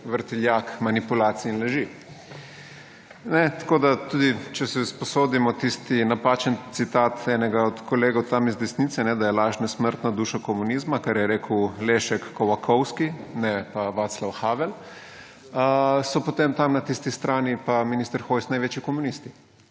vrtiljak manipulacij in laži. Tako tudi, če si izposodimo tisti napačen citat enega od kolegov tam iz desnice, da je laž nesmrtna duša komunizma, kar je rekel Leszek Kołakowski, ne Vaclav Havel, so potem na tisti strani pa minister Hojs največji komunisti.